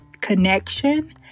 connection